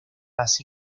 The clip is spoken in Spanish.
así